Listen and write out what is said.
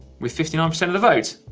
with fifty nine percent of the votes,